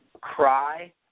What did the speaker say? cry